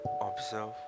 observe